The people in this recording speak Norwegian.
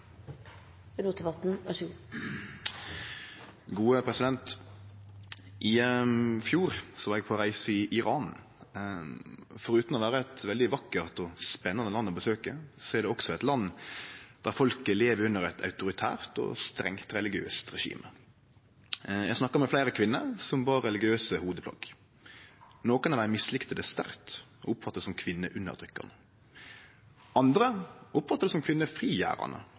I fjor var eg på reise i Iran. Forutan å vere eit veldig vakkert og spennande land å besøkje er det også eit land der folket lever under eit autoritært og strengt religiøst regime. Eg snakka med fleire kvinner som bar religiøse hovudplagg. Nokre av dei mislikte det sterkt og oppfatta det som kvinneundertrykkjande. Andre oppfatta det som